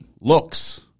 looks